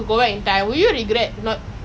is nice eh everyone eats it okay